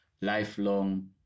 lifelong